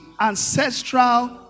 ancestral